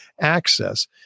access